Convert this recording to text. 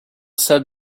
said